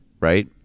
right